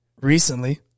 Recently